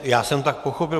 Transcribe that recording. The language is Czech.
Já jsem to tak pochopil.